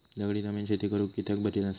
दगडी जमीन शेती करुक कित्याक बरी नसता?